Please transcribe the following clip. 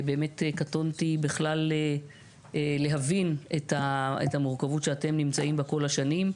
קטונתי להבין את המורכבות שאתם נמצאים בה כול השנים.